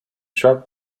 sharp